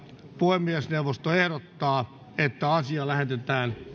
puhemiesneuvosto ehdottaa että asia lähetetään